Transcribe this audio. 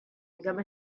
become